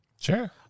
sure